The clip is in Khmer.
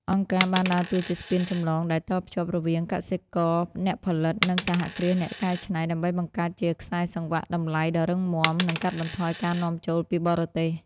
អង្គការបានដើរតួជាស្ពានចម្លងដែលតភ្ជាប់រវាង "កសិករអ្នកផលិត" និង "សហគ្រាសអ្នកកែច្នៃ" ដើម្បីបង្កើតជាខ្សែសង្វាក់តម្លៃដ៏រឹងមាំ និងកាត់បន្ថយការនាំចូលពីបរទេស។